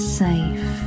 safe